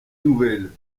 nouvelles